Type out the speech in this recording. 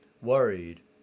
worried